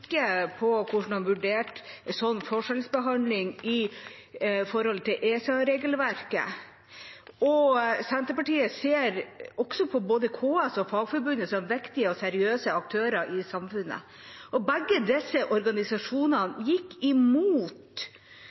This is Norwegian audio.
på hvordan han har vurdert en slik forskjellsbehandling i forhold til ESA-regelverket. Senterpartiet ser også på både KS og Fagforbundet som viktige, seriøse aktører i samfunnet, og begge disse organisasjonene gikk imot